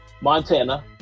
Montana